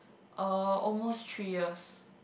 uh almost three years